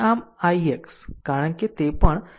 આમ ix કારણ કે તે પણ 2